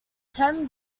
ten